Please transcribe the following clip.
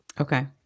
Okay